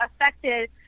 affected